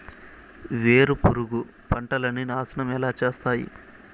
వేరుపురుగు పంటలని నాశనం ఎలా చేస్తాయి?